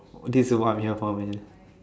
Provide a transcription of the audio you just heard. this is what I am here for man